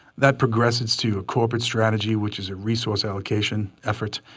that progresses to a corporate strategy, which is a resource allocation effort.